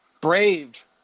brave